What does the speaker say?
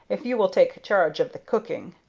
if you will take charge of the cooking,